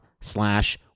slash